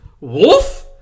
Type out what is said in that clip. Wolf